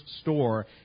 store